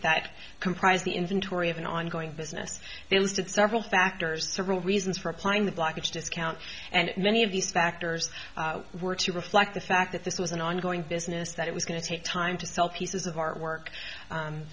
that comprise the inventory of an ongoing business they listed several factors several reasons for applying the blockage discount and many of these factors were to reflect the fact that this was an ongoing business that it was going to take time to sell pieces of artwork